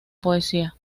poesía